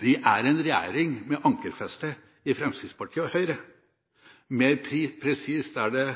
det er en regjering med ankerfeste i Fremskrittspartiet og Høyre. Mer presist er det